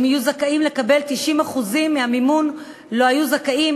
הם יהיו זכאים לקבל 90% מהמימון שהיו זכאים